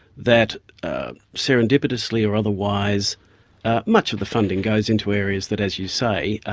that serendipitously or otherwise much of the funding goes into areas that, as you say,